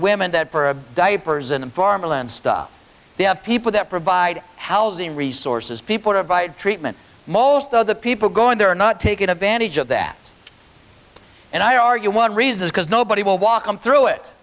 women that for a diapers and formula and stuff they have people that provide housing resources people divide treatment most of the people going there are not taking advantage of that and i argue one reason is because nobody will walk them through it